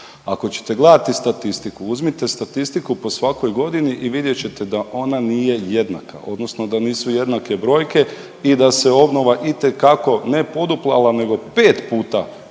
Ako ćete gledati statistiku, uzmite statistiku po svakoj godini i vidjet ćete da ona nije jednaka odnosno da nisu jednake brojke i da se obnova itekako ne poduplala nego pet puta